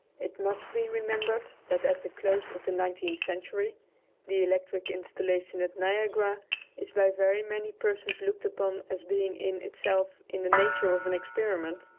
it must be remembered that at the close of the nineteenth century the electric installation at niagara is by very many persons looked upon as being in itself in the nature of an experiment,